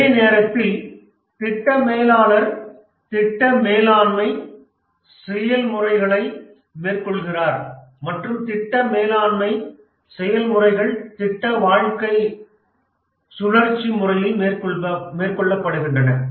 அதே நேரத்தில் திட்ட மேலாளர் திட்ட மேலாண்மை செயல்முறைகளை மேற்கொள்கிறார் மற்றும் திட்ட மேலாண்மை செயல்முறைகள் திட்ட வாழ்க்கை சுழற்சியில் மேற்கொள்ளப்படுகின்றன